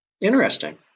interesting